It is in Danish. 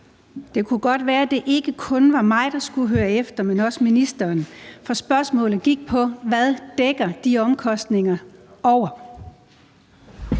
Det kunne godt være, at det ikke kun var mig, der skulle høre efter, men også ministeren, for spørgsmålet gik på, hvad de omkostninger dækker